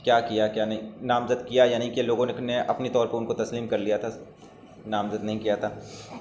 کیا کیا کیا نہیں نامزد کیا یا نہیں کیا لوگوں نے اپنی طور پہ ان کو تسلیم کر لیا تھا نامزد نہیں کیا تھا